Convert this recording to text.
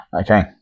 Okay